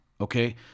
okay